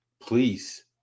Please